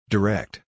Direct